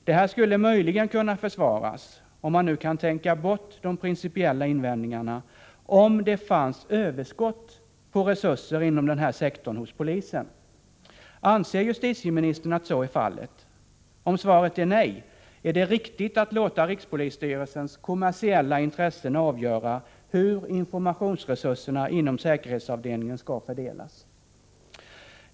Det här skulle möjligen kunna försvaras — om man nu kan tänka bort de principiella invändningarna — om det fanns överskott på resurser inom den här sektorn hos polisen. Anser justitieministern att så är fallet? Om svaret är nej — är det riktigt att låta rikspolisstyrelsens kommersiella intressen avgöra hur informationsresurserna inom säkerhetsavdelningen skall fördelas?